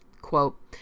quote